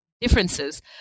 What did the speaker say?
differences